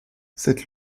cette